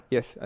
Yes